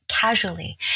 casually